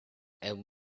and